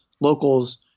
locals